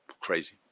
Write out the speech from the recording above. Crazy